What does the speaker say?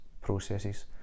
processes